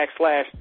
backslash